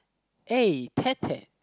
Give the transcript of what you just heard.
eh